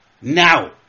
now